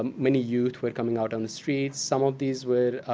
um many youth were coming out on the streets. some of these were